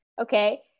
Okay